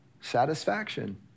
satisfaction